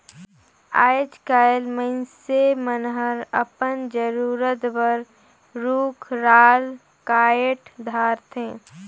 आयज कायल मइनसे मन हर अपन जरूरत बर रुख राल कायट धारथे